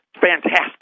fantastic